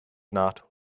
not